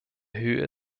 höhe